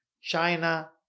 China